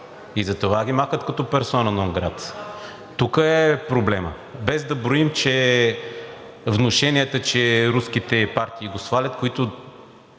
И затова ги махат като персона нон грата. Тук е проблемът. Без да броим внушенията, че руските партии го свалят, които